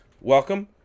welcome